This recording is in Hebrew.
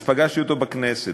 אז פגשתי אותו בכנסת,